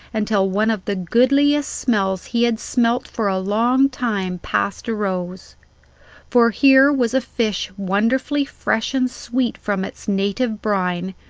until one of the goodliest smells he had smelt for a long time past arose for here was a fish wonderfully fresh and sweet from its native brine,